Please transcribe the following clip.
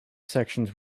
sections